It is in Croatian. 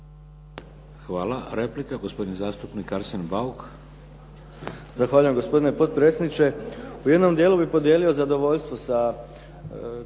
Hvala. Replika gospodin zastupnik Arsen Bauk.